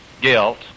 guilt